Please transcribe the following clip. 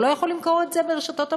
הוא לא יכול למכור את זה ברשתות המזון,